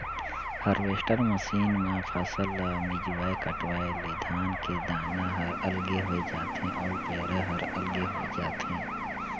harvester machine म फसल ल मिंजवाय कटवाय ले धान के दाना हर अलगे होय जाथे अउ पैरा हर अलगे होय जाथे